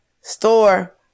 store